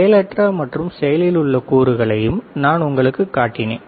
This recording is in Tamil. செயலற்ற மற்றும் செயலில் உள்ள கூறுகளையும் நான் உங்களுக்குக் காட்டினேன்